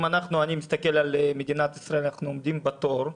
אני מסתכל על מדינת ישראל, אנחנו עומדים בתור,